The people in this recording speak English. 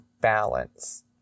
balance